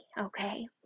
okay